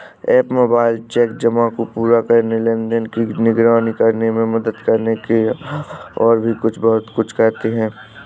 app mobile check जमा को पूरा करने, लेनदेन की निगरानी करने में मदद करने के अलावा और भी बहुत कुछ करते हैं